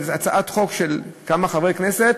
זו הצעת חוק של כמה חברי כנסת,